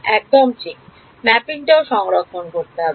একদম ঠিক ম্যাপিং টাও সংরক্ষণ করতে হবে